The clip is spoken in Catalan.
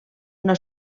una